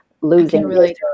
losing